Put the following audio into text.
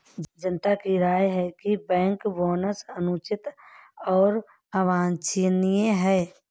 जनता की राय है कि बैंक बोनस अनुचित और अवांछनीय है